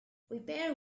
repair